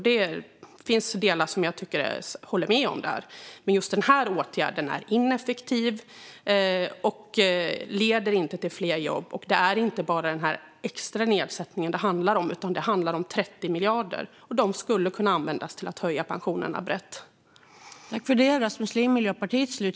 Det finns delar där som jag håller med om. Men just denna åtgärd är ineffektiv och leder inte till fler jobb. Det handlar inte bara om denna extra nedsättning, utan det handlar om 30 miljarder. De skulle kunna användas till att höja pensionerna brett.